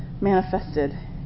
manifested